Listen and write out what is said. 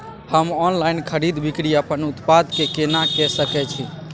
हम ऑनलाइन खरीद बिक्री अपन उत्पाद के केना के सकै छी?